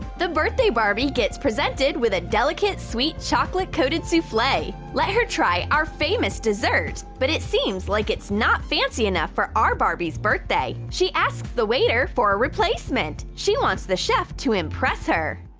the birthday barbie gets presented with a delicate sweet chocolate-coated souffle. let her try our famous dessert! but it seems like it's not fancy enough for our barbie's birthday. she asks the waiter for a replacement! she wants the chef to impress her!